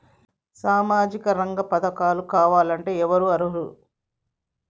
సామాజిక రంగ పథకాలు కావాలంటే ఎవరు అర్హులు?